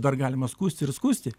dar galima skųsti ir skųsti